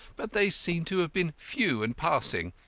but they seem to have been few and passing.